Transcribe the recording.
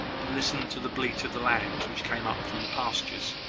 listened to the bleat of the lambs which came up from the pastures,